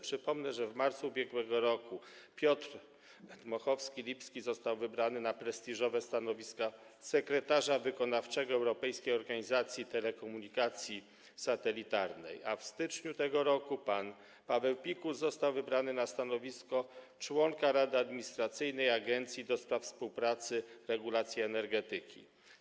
Przypomnę, że w marcu ub.r. Piotr Dmochowski-Lipski został wybrany na prestiżowe stanowisko sekretarza wykonawczego Europejskiej Organizacji Telekomunikacji Satelitarnej, a w styczniu tego roku pan Paweł Pikus został wybrany na stanowisko członka Rady Administracyjnej Agencji ds. Współpracy Organów Regulacji Energetyki.